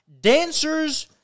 dancers